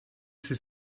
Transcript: sie